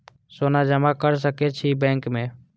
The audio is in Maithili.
सोना जमा कर सके छी बैंक में?